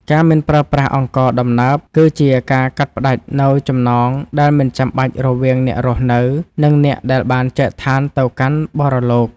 ការមិនប្រើប្រាស់អង្ករដំណើប គឺជាការកាត់ផ្តាច់នូវចំណងដែលមិនចាំបាច់រវាងអ្នករស់នៅ និងអ្នកដែលបានចែកឋានទៅកាន់បរលោក។